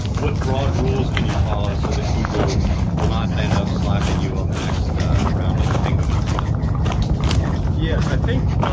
what broad rules can you follow so that google will not end up slapping you on the next round of penguin and panda updates? eric yeah. i think